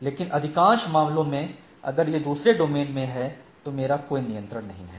लेकिन अधिकांश मामलों में अगर यह दूसरे डोमेन में है तो मेरा कोई नियंत्रण नहीं है